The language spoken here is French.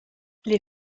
les